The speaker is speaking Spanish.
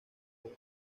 como